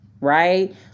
Right